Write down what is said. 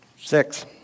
Six